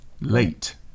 Late